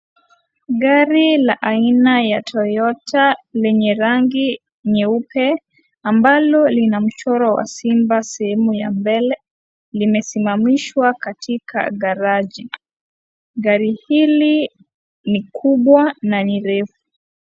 Gari la aina ya Toyota lenye rangi nyeupe ambalo lina mchoro wa simba sehemu ya mbele limesimamishwa katika garaji. Gari hili ni kubwa na ni refu.